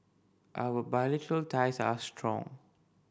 our bilateral ties are strong